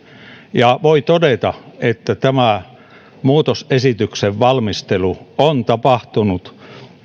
ja voi todeta että tämä muutosesityksen valmistelu on tapahtunut